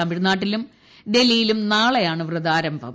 തമിഴ്നാട്ടിലും ഡൽഹിയിലും നാളെയാണ് വ്രതാരംഭം